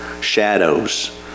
shadows